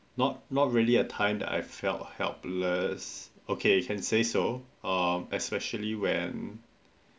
not not really a time that I felt helpless okay can say so um especially when